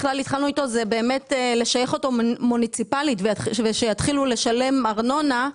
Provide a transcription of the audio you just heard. היה לשייך אותו מוניציפאלית כדי שהוא יתחיל לשלם ארנונה.